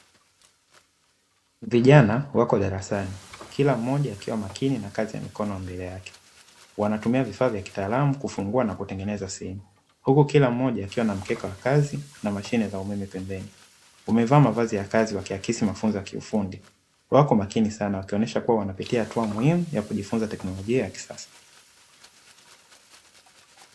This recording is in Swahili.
Vijana wako darasani, kila mmoja akiwa makini na kazi ya mikono mbele yake. Wanatumia vifaa vya kitaalamu kufungua na kutengeneza simu. Huku kila mmoja akiwa na mkeka wa kazi na mashine za umeme pembeni. Wamevaa mavazi ya kazi wakiakisi mafunzo ya kiufundi. Wako makini sana wakionyesha kuwa wanapitia hatua muhimu ya kujifunza teknolojia ya kisasa.